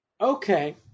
Okay